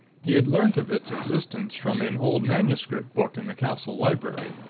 he had learnt of its existence from an old manuscript book in the castle library.